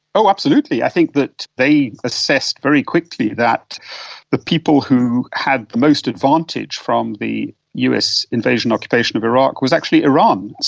oh, absolutely. i think that they assessed very quickly that the people who had the most advantage from the us invasion and occupation of iraq was actually iran.